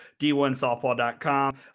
d1softball.com